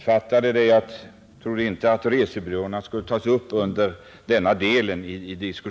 Fru talman!